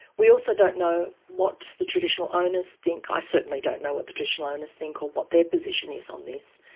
we also don't know what the traditional owners think. i certainly don't know what the traditional owners think or what their position is on this,